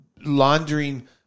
laundering